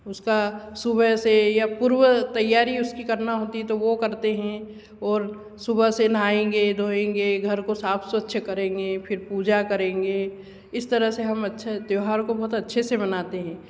उसका सुबह से या पूर्व तैयारी उसकी करना होता है तो वह करते हैं और सुबह से नहाएँगे धोएंगे घर को साफ़ स्वच्छ करेंगे फ़िर पूजा करेंगे इस तरह अच्छ त्यौहार को मतलब अच्छे से मानते है